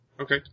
Okay